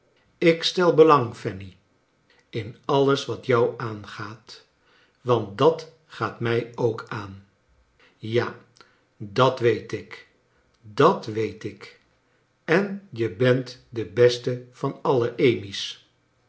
ik stel belang fanny in alles wat jou aangaat want dat gaat mij ook aan ja dat weet ik dat weet ik en je bent de beste van alle